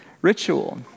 ritual